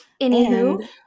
Anywho